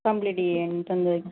complete చేయండి తొందరగా